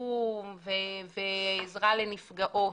שיקום ועזרה לנפגעות.